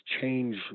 change